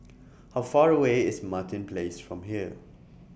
How Far away IS Martin Place from here